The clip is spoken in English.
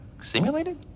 Simulated